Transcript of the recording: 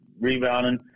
rebounding